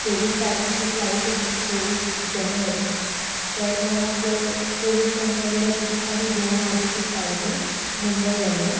चोवीस तारखेची फ्लाईट आहे ती चोवीस जॅनेवारी तर मग चोवीस जानेवारीला ती दुपारी दोन वाजेची फ्लाईट आहे मुंबईवरून